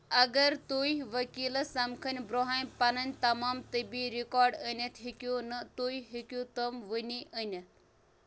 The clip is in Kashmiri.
اگر تُہۍ ؤکیٖلس سمکھنہٕ برٛونٛہٕے پَنٕنۍ تمام طِبی ریکارڈ أنِتھ ہیٚكِو نہٕ تُہۍ ہیٚكِو تِم وُنی أنِتھ